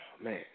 man